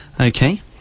okay